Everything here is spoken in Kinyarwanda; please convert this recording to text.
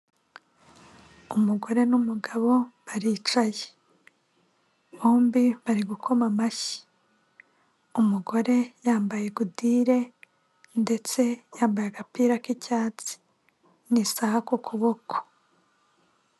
Umugore n'umugabo baricaye. Bombi bari gukoma amashyi. Umugore yambaye gudire ndetse yambaye agapira k'icyatsi, n'isaha ku kuboko.